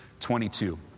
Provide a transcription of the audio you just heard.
22